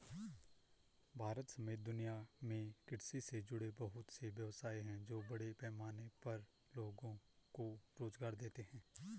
भारत समेत दुनिया में कृषि से जुड़े बहुत से व्यवसाय हैं जो बड़े पैमाने पर लोगो को रोज़गार देते हैं